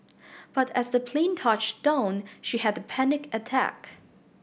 but as the plane touched down she had a panic attack